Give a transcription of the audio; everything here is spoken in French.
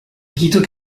guido